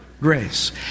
grace